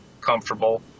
comfortable